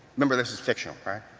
remember this is fiction, right?